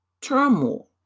turmoil